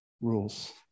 rules